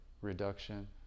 reduction